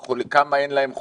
כמה אין להם חולים,